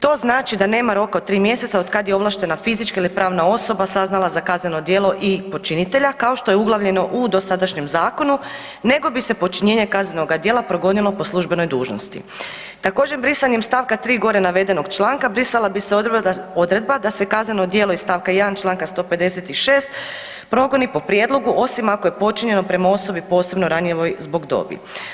To znači da nema roka od 3 mjeseca od kad je ovlaštena fizička ili pravna osoba saznala za kazneno djelo i počinitelja, kao što je uglavljeno u dosadašnjem zakonu, nego bi se počinjenje kaznenoga djela progonilo po službenoj dužnosti, također brisanjem stavka 3. gore navedenog članka, brisala bi se odredba da se kazneno djelo iz stavka 1. čl. 156. progoni po prijedlogu osim ako je počinjeno prema osobi posebno ranjivoj zbog dobi.